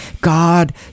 God